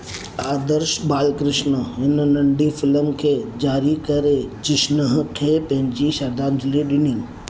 आदर्श बालकृष्ण हिन नंढी फिल्म खे जारी करे जिष्नह खे पंहिंजी श्रद्धांजलि ॾिनी